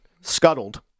scuttled